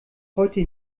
heute